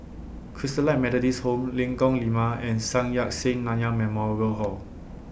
Christalite Methodist Home Lengkong Lima and Sun Yat Sen Nanyang Memorial Hall